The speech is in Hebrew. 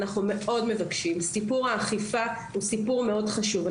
אנחנו מאוד מבקשים סיפור האכיפה מאוד חשוב.